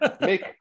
make